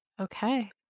Okay